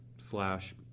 slash